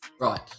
Right